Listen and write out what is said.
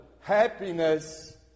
happiness